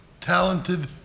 talented